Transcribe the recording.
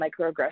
microaggressions